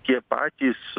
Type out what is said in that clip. tie patys